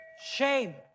shame